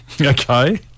Okay